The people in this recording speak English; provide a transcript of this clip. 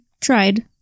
tried